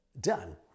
done